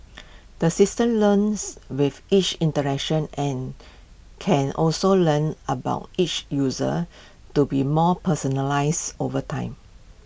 the system learns with each interaction and can also learn about each user to be more personalised over time